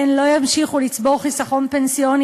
הן לא ימשיכו לצבור חיסכון פנסיוני